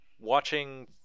watching